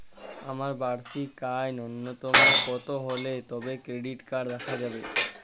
আমার বার্ষিক আয় ন্যুনতম কত হলে তবেই ক্রেডিট কার্ড রাখা যাবে?